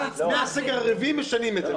מהסגר הרביעי משנים את זה.